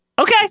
Okay